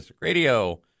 Radio